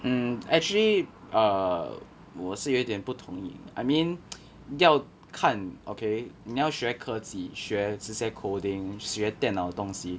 mm actually err 我是有一点不同意 I mean 要看 okay 你要学科技学这些 coding 学电脑的东西